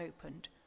opened